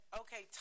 okay